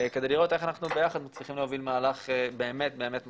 כדי לראות איך אנחנו מצליחים להוביל ביחד מהלך באמת באמת משמעותי.